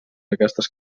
aquestes